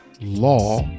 Law